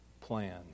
plan